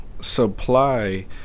supply